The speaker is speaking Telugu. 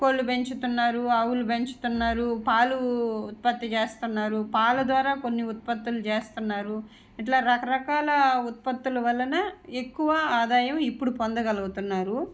కోళ్ళు పెంచుతున్నారు ఆవులు పెంచుతున్నారు పాలు ఉత్పత్తి చేస్తున్నారు పాల ద్వారా కొన్ని ఉత్పత్తులు చేస్తున్నారు ఇట్లా రకరకాల ఉత్పత్తుల వలన ఎక్కువ ఆదాయం ఇప్పుడు పొందగలుగుతున్నారు